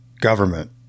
government